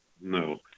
no